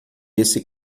esse